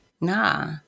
Nah